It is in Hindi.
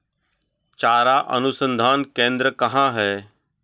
चारा अनुसंधान केंद्र कहाँ है?